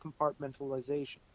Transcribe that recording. compartmentalization